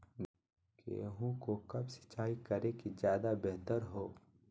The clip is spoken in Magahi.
गेंहू को कब सिंचाई करे कि ज्यादा व्यहतर हो?